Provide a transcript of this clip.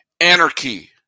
anarchy